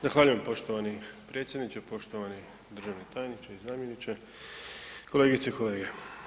Zahvaljujem poštovani predsjedniče, poštovani državni tajniče i zamjeniče, kolegice i kolege.